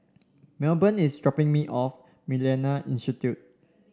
Melbourne is dropping me off MillenniA Institute